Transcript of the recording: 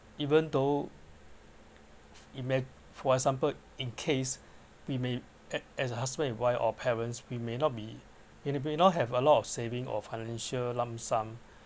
even though it may for example in case we may as as a husband and wife or parents we may not be we may not have a lot of saving or financial lump sum